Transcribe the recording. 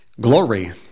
Glory